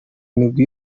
migwi